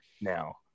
now